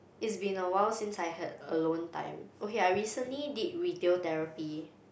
it's been a while since I had alone time okay I recently did retail therapy